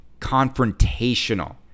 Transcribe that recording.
confrontational